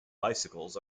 bicycles